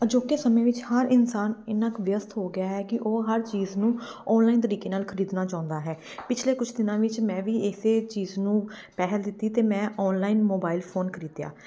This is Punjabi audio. ਅਜੋਕੇ ਸਮੇਂ ਵਿੱਚ ਹਰ ਇਨਸਾਨ ਇੰਨਾ ਕੁ ਵਿਅਸਤ ਹੋ ਗਿਆ ਹੈ ਕਿ ਉਹ ਹਰ ਚੀਜ਼ ਨੂੰ ਔਨਲਾਈਨ ਤਰੀਕੇ ਨਾਲ ਖਰੀਦਣਾ ਚਾਹੁੰਦਾ ਹੈ ਪਿਛਲੇ ਕੁਛ ਦਿਨਾਂ ਵਿੱਚ ਮੈਂ ਵੀ ਇਸ ਚੀਜ਼ ਨੂੰ ਪਹਿਲ ਦਿੱਤੀ ਅਤੇ ਮੈਂ ਔਨਲਾਈਨ ਮੋਬਾਈਲ ਫੋਨ ਖਰੀਦਿਆ